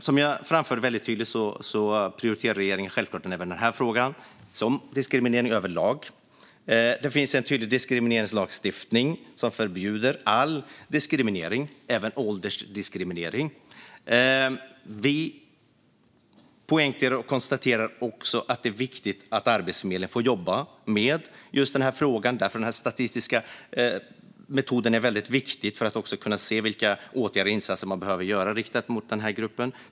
Fru talman! Som jag tydligt framförde prioriterar regeringen självklart även den här frågan liksom diskriminering överlag. Det finns en tydlig diskrimineringslagstiftning som förbjuder all diskriminering, även åldersdiskriminering. Vi poängterar och konstaterar också att det är viktigt att Arbetsförmedlingen får jobba med just den här frågan. Den här statistiska metoden är nämligen viktig för att man ska kunna se vilka åtgärder och insatser man behöver rikta mot gruppen.